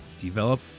Develop